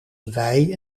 wij